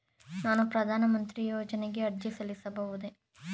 ನಾನು ಪ್ರಧಾನ ಮಂತ್ರಿ ಯೋಜನೆಗೆ ಅರ್ಜಿ ಸಲ್ಲಿಸಬಹುದೇ?